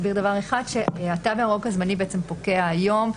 שהתו הירוק הזמני פוקע היום.